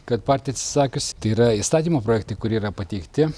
kad partija atsisakius tai yra įstatymo projektai kur yra pateikti